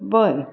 बरं